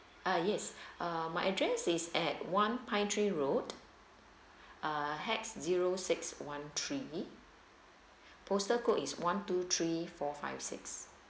ah yes uh my address is at one pine tree road uh hex zero six one three postal code is one two three four five six